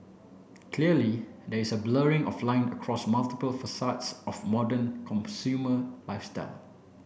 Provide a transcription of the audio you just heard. clearly there is a blurring of lines across multiple facets of a modern consumer lifestyle